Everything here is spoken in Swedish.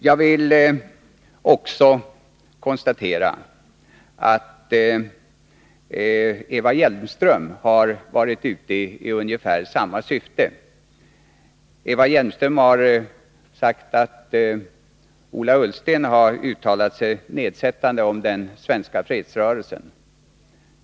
Jag konstaterar att Eva Hjelmström har också varit ute i ett sådant syfte. Eva Hjelmström har sagt att Ola Ullsten har uttalat sig nedsättande om den svenska fredsrörelsen.